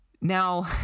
Now